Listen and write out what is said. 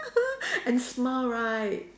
and smile right